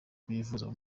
kuyivuza